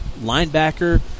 linebacker